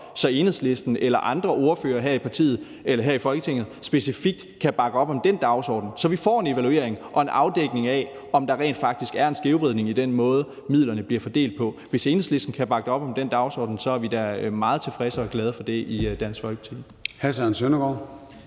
så Enhedslisten eller andre ordførere her i Folketinget specifikt kan bakke op om den dagsorden, så vi får en evaluering og en afdækning af, om der rent faktisk er en skævvridning i den måde, midlerne bliver fordelt på. Hvis Enhedslisten kan bakke op om den dagsorden, er vi da meget tilfredse og glade for det i Dansk Folkeparti.